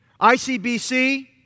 ICBC